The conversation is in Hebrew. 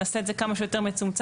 נעשה את זה כמה שיותר מצומצם,